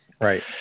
Right